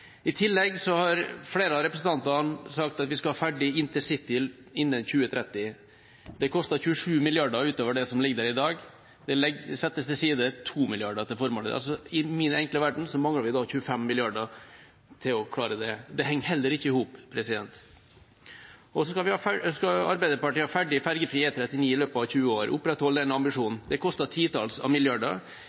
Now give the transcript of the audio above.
I tillegg har flere av representantene sagt at vi skal ha ferdig intercity innen 2030. Det koster 27 mrd. kr utover det som ligger inne i dag – det settes av 2 mrd. kr til formålet. I min enkle verden mangler vi da 25 mrd. kr for å klare det. Det henger heller ikke i hop. Så skal Arbeiderpartiet ha ferdig ferjefri E39 i løpet av 20 år – opprettholde den ambisjonen. Det koster titalls milliarder